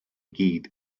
gyd